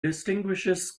distinguishes